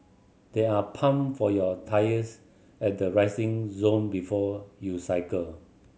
there are pump for your tyres at the resting zone before you cycle